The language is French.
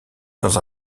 dans